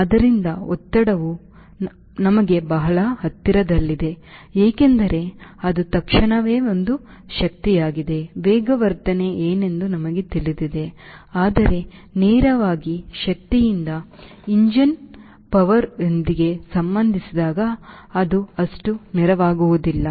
ಆದ್ದರಿಂದ ಒತ್ತಡವು ನಮಗೆ ಬಹಳ ಹತ್ತಿರದಲ್ಲಿದೆ ಏಕೆಂದರೆ ಅದು ತಕ್ಷಣವೇ ಒಂದು ಶಕ್ತಿಯಾಗಿದೆ ವೇಗವರ್ಧನೆ ಏನೆಂದು ನಮಗೆ ತಿಳಿದಿದೆ ಆದರೆ ನೇರವಾಗಿ ಶಕ್ತಿಯಿಂದ ಎಂಜಿನ್ ಶಕ್ತಿಯೊಂದಿಗೆ ಸಂಬಂಧಿಸಿದಾಗ ಅದು ಅಷ್ಟು ನೇರವಾಗಿರುವುದಿಲ್ಲ